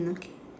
okay